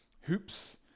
hoops